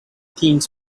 teens